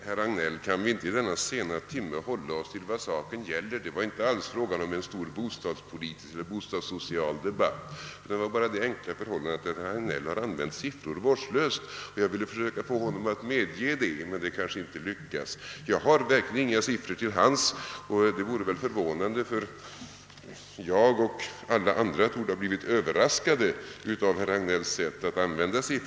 Herr talman! Kan vi inte i denna sena timme, herr Hagnell, hålla oss till vad saken gäller? Det är inte alls fråga om en stor bostadspolitisk eller bostadssocial debatt utan bara om det enkla förhållandet att herr Hagnell har använt siffror vårdslöst och att jag velat försöka få honom att medge det, vilket kanske inte lyckas. Jag har verkligen inga siffror till hands. Det vore förvånande om jag hade det, ty jag och alla andra torde ha blivit överraskade av herr Hagnells sätt att göra jämförelser.